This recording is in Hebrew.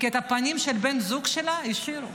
כי את הפנים של בן הזוג שלה השאירו,